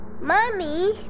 Mommy